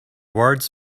words